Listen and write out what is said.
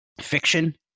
fiction